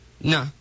No